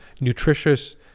nutritious